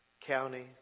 county